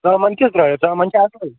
ژامن کیُتھ ژامن چھا اصلٕے